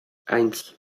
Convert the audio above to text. eins